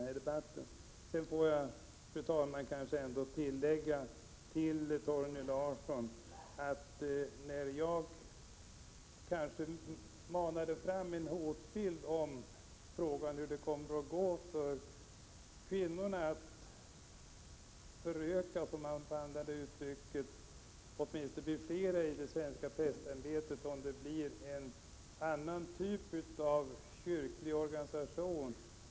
Till Torgny Larsson måste jag tillägga att jag kanske manade fram en hotbild i frågan om hur det kommer att gå för kvinnorna att föröka sig — om man får använda det uttrycket — eller åtminstone bli flera i det svenska prästämbetet, om det blir en annan typ av kyrklig organisation.